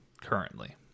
currently